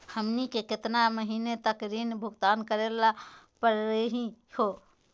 हमनी के केतना महीनों तक ऋण भुगतान करेला परही हो?